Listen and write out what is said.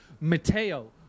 Mateo